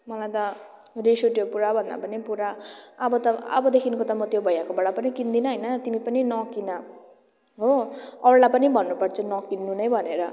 मलाई त रिस उठ्यो पुरा भन्दा पनि पुरा अब त अबदेखिको त म त्यो भैयाको बाट पनि किन्दिनँ होइन तिमी पनि नकिन हो अरूलाई पनि भन्नु पर्छ नकिन्नु नै भनेर